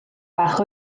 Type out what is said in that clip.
fach